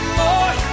more